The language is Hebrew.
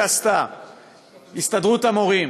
שעשתה הסתדרות המורים